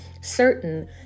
certain